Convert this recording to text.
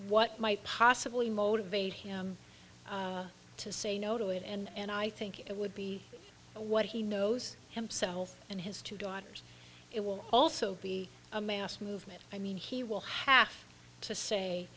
what might possibly motivate him to say no to it and i think it would be a what he knows himself and his two daughters it will also be a mass movement i mean he will have to say